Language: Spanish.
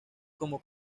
como